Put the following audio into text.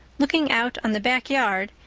looking out on the back yard,